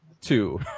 two